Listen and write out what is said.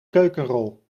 keukenrol